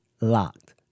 locked